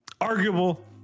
Arguable